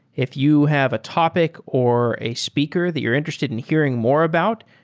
if you have a topic or a speaker that you're interested in hearing more about,